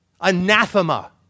anathema